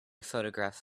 photograph